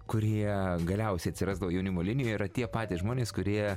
kurie galiausiai atsirasdavo jaunimo linijoj yra tie patys žmonės kurie